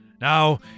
Now